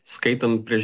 skaitant prieš